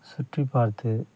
சுற்றிப்பார்த்து